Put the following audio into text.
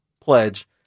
Pledge